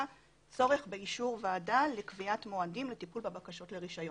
צורך באישור ועדה לקביעת מועדים לטיפול בבקשות לרישיון.